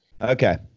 Okay